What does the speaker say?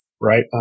right